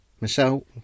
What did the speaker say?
Michelle